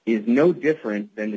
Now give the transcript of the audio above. is no different than the